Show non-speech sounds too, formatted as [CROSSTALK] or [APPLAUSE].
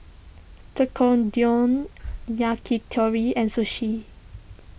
[UNINTELLIGIBLE] Yakitori and Sushi